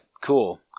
cool